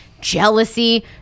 Jealousy